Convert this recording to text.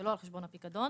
שלא על חשבון הפיקדון.